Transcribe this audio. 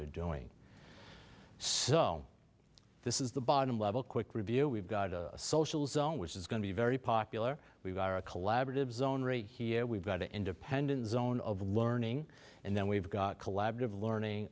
they're doing so this is the bottom level quick review we've got a socialism which is going to be very popular we've got a collaborative zone rate here we've got the independent zone of learning and then we've got collaborative learning